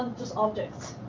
um just objects.